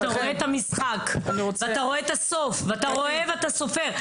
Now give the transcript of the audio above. רואה את המשחק ואתה רואה את הסוף ואתה רואה וסופר.